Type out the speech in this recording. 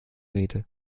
rede